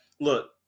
look